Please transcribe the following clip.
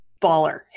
baller